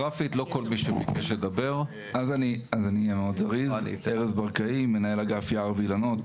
אז אני מנהל אגף יער ואילנות,